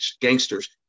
gangsters